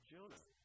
Jonah